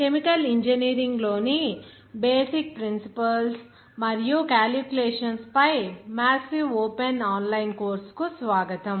chemical ఇంజనీరింగ్లోని basic principles మరియు calculations పై మాసివ్ ఓపెన్ ఆన్లైన్ కోర్సుకు స్వాగతం